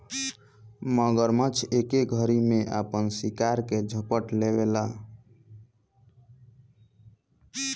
मगरमच्छ एके घरी में आपन शिकार के झपट लेवेला